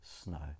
snow